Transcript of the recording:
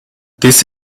this